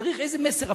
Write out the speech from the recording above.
צריך איזה מסר,